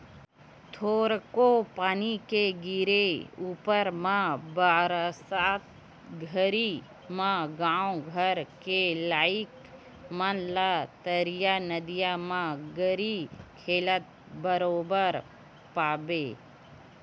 थोरको पानी के गिरे ऊपर म बरसात घरी म गाँव घर के लइका मन ला तरिया नदिया म गरी खेलत बरोबर पाबे